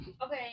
Okay